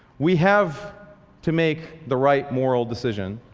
we have to make the right moral decision.